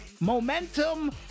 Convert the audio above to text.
Momentum